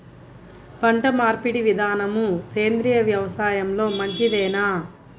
పంటమార్పిడి విధానము సేంద్రియ వ్యవసాయంలో మంచిదేనా?